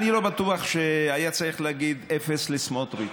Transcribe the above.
אני לא בטוח שהיה צריך להגיד "אפס" לסמוטריץ.